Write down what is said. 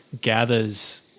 gathers